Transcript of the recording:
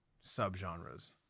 sub-genres